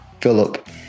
Philip